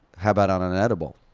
how about on an edible?